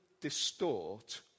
distort